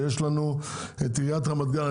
ויש לנו את עיריית רמת גן.